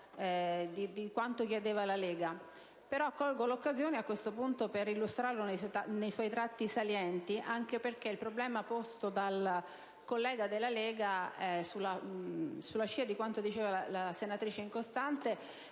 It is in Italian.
di quanto richiesto dalla Lega. Colgo ora l'occasione per illustrarlo nei suoi tratti salienti, anche perché il problema posto dal collega della Lega, sulla scia di quanto diceva la senatrice Incostante,